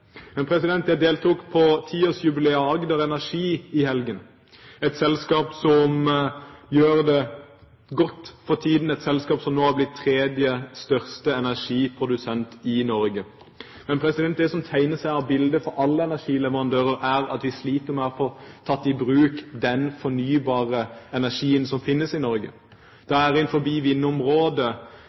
Jeg deltok på tiårsjubileet til Agder Energi i helgen, et selskap som gjør det godt for tiden, et selskap som nå har blitt tredje største energiprodusent i Norge. Det som tegner seg som et bilde for alle energileverandører, er at de sliter med å få tatt i bruk den fornybare energien som finnes i Norge. Innenfor vindområdet er det nærmest evigheten som setter begrensninger for saksbehandlingstid. Det er